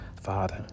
Father